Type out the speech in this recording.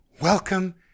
Welcome